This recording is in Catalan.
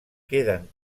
queden